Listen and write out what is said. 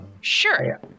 Sure